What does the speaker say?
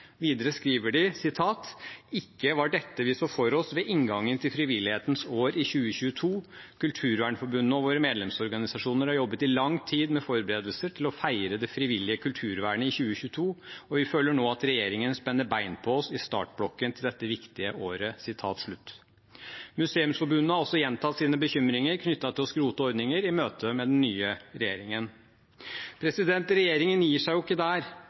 Videre skriver de: Ikke var dette det vi så for oss ved inngangen til Frivillighetens år 2022. Kulturvernforbundet og våre medlemsorganisasjoner har jobbet i lang tid med forberedelser til å feire det frivillige kulturvernet i 2022, og vi føler nå at regjeringen spenner bein på oss i startblokken til dette viktige året. Museumsforbundet har også gjentatt sine bekymringer knyttet til å skrote ordninger i møte med den nye regjeringen. Regjeringen gir seg jo ikke der.